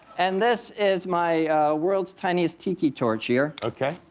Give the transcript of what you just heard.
and this is my world's tiniest tiki torch here. ok.